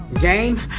game